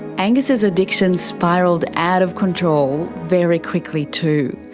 angus's addiction spiralled out of control very quickly too.